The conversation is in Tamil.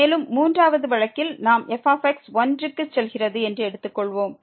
மேலும் 3 வது வழக்கில் நாம் f 1 க்கு செல்கிறது என்று எடுத்து கொள்வோம்